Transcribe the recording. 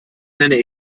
nenne